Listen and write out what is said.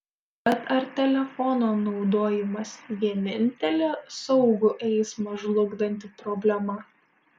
bet ar telefono naudojimas vienintelė saugų eismą žlugdanti problema